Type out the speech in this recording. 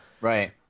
Right